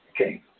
Okay